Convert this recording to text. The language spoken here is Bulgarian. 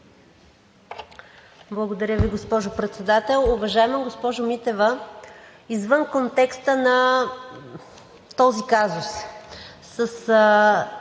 Благодаря Ви, госпожо Председател. Уважаема госпожо Митева, извън контекста на този казус,